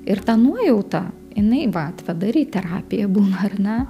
ir tą nuojautą jinai va atveda ir į terapiją būna ar ne